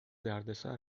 دردسر